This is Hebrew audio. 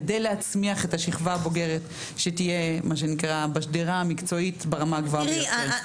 כדי להצמיח את השכבה הבוגרת שתהיה בשדרה המקצועית ברמה הגבוהה ביותר.